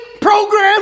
program